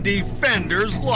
Defenders